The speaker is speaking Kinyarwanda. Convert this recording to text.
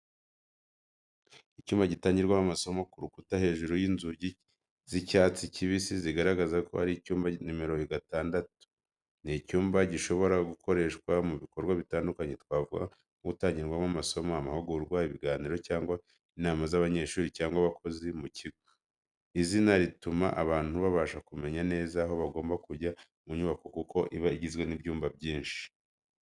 Icyumba gitangirwamo amasomo, ku rukuta hejuru y’inzugi z’icyatsi kibisi zigaragaza ko ari icyumba nomero gatandatu. Ni icyumba gishobora gukoreshwa mu bikorwa bitandukanye, twavuga nko gutangirwamo amasomo, amahugurwa, ibiganiro cyangwa inama z’abanyeshuri cyangwa abakozi mu kigo. Izina rituma abantu babasha kumenya neza aho bagomba kujya mu nyubako kuko iba igizwe n’ibyumba byinshi.